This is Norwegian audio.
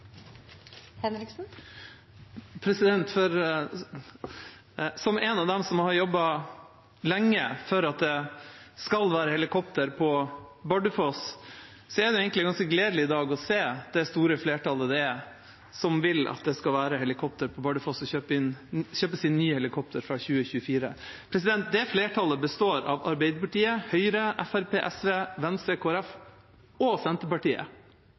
av dem som har jobbet lenge for at det skal være helikoptre på Bardufoss, er det egentlig ganske gledelig i dag å se det store flertallet som vil at det skal være helikoptre på Bardufoss, og at det skal kjøpes inn nye helikoptre fra 2024. Det flertallet består av Arbeiderpartiet, Høyre, Fremskrittspartiet, SV, Venstre, Kristelig Folkeparti og Senterpartiet.